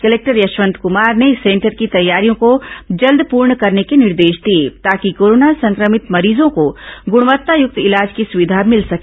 collector Yashwant Kumar ने इस centre की तैयारियों को जल्द पूर्ण करने के निर्देश दिए ताकि कोरोना संक्रभित मरीजों को गुणवत्ता युक्त इलाज की सुविधा मिल सके